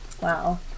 Wow